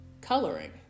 coloring